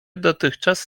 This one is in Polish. dotychczas